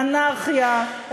אנרכיה,